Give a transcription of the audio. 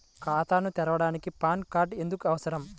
ఖాతాను తెరవడానికి PAN card ఎందుకు అవసరము?